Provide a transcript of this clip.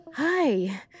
Hi